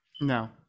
no